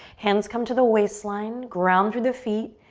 hands come to the waistline, ground through the feet.